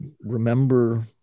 remember